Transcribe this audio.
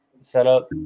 setup